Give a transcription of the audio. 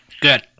Good